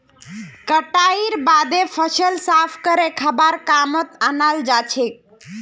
कटाईर बादे फसल साफ करे खाबार कामत अनाल जाछेक